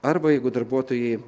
arba jeigu darbuotojai